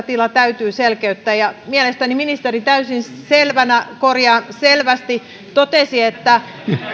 tila täytyy selkeyttää ja mielestäni ministeri täysin selvänä korjaan selvästi totesi että